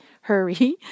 hurry